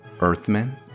Earthmen